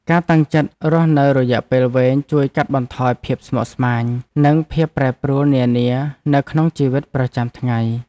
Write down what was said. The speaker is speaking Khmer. ការតាំងចិត្តរស់នៅរយៈពេលវែងជួយកាត់បន្ថយភាពស្មុគស្មាញនិងភាពប្រែប្រួលនានានៅក្នុងជីវិតប្រចាំថ្ងៃ។